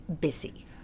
busy